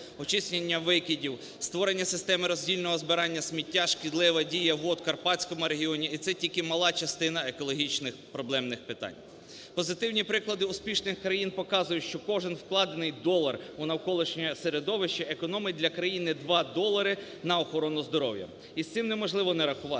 очищення викидів, створення системи роздільного збирання сміття, шкідлива дія вод в Карпатському регіоні – і це тільки мала частина екологічних проблемних питань. Позитивні приклади успішних країн показують, що кожен вкладений долар у навколишнє середовище економить для країни 2 долари на охорону здоров'я. І з цим неможливо не рахуватись.